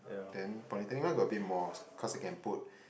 then polytechnic one got a bit more cause I can put